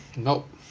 nope